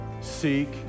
seek